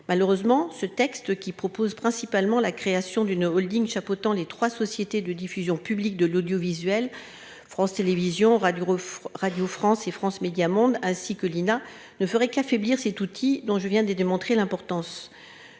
malheureusement ce texte qui propose principalement la création d'une Holding chapeautant les 3 sociétés de diffusions publiques de l'audiovisuel. France Télévisions, Radio France Radio France et France Médias Monde ainsi que l'INA ne ferait qu'affaiblir cet outil dont je viens de démontrer l'importance